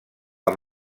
amb